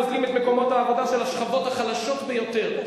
הגוזלים את מקומות העבודה של השכבות החלשות ביותר,